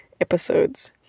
episodes